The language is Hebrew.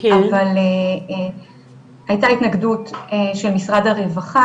אבל הייתה התנגדות של משרד הרווחה,